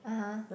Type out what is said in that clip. (uh huh)